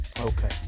Okay